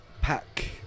Pack